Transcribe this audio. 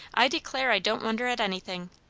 i declare i don't wonder at anything.